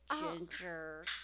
ginger